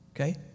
okay